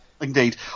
Indeed